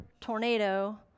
tornado